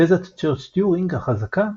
"תזת צ'רץ'-טיורינג החזקה"